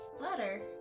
letter